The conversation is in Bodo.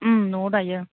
न'आव दायो